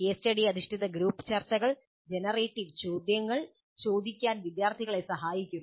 case study അധിഷ്ഠിത group ചർച്ചകൾ generative ചോദ്യങ്ങൾ ചോദിക്കാൻ വിദ്യാർത്ഥികളെ സഹായിക്കും